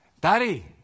daddy